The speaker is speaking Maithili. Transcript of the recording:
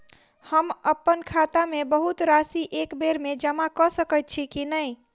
हम अप्पन खाता मे बहुत राशि एकबेर मे जमा कऽ सकैत छी की नै?